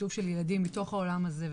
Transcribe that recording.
שיתוף של ילדים מתוך העולם הזה,